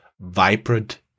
vibrant